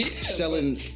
selling